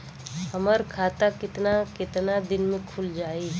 हमर खाता कितना केतना दिन में खुल जाई?